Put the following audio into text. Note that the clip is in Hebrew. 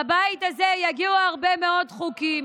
לבית הזה יגיעו הרבה מאוד חוקים.